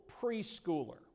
preschooler